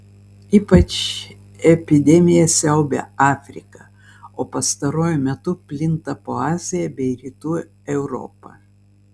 ypač epidemija siaubia afriką o pastaruoju metu plinta po aziją bei rytų europą